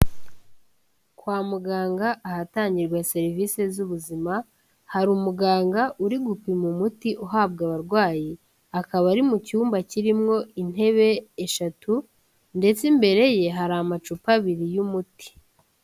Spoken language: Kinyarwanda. Kwa muganga ahatangirwa serivisi z'ubuzima, hari umuganga uri gupima umuti uhabwa abarwayi, akaba ari mu cyumba kirimo intebe eshatu ndetse imbere ye hari amacupa abiri y'umuti.